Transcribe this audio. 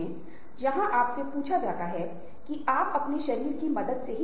और ये कुछ चीजें हैं जो एक साथ होंगी